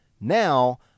Now